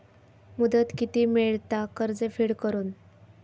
मुदत किती मेळता कर्ज फेड करून?